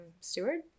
steward